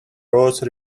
rose